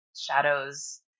shadows